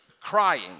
crying